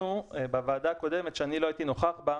בישיבה הקודמת, שלא הייתי נוכח בה,